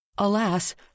Alas